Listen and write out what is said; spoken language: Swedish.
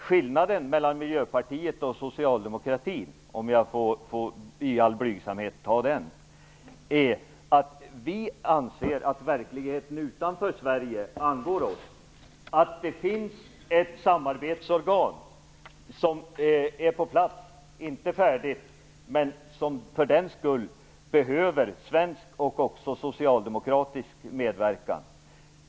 Skillnaden mellan Miljöpartiet och socialdemokratin - låt mig i all blygsamhet peka på det - är att vi anser att verkligheten utanför Sverige angår oss och att det finns ett samarbetsorgan på plats. Det är inte färdigt, men det behöver för den skull svensk och även socialdemokratisk medverkan.